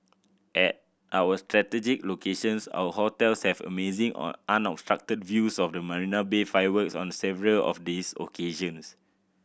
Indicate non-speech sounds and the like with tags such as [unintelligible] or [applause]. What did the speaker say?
at our strategic locations our hotels have amazing [unintelligible] unobstructed views of the Marina Bay fireworks on the several of these occasions